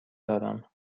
دارم